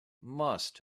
must